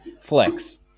flex